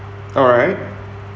alright